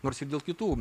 nors ir dėl kitų